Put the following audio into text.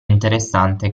interessante